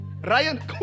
Ryan